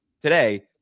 today